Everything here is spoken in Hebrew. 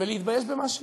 ולהתבייש במה שהיא.